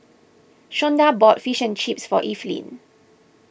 Shawnda bought Fish and Chips for Evelyn